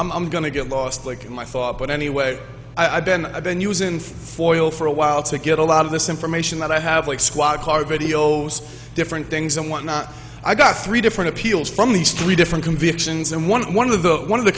i'm going to get lost like my thought but anyway i've been i've been using for oil for a while to get a lot of this information that i have like squad car videos different things and whatnot i got three different appeals from these three different convictions and one one of the one of the